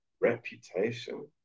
reputation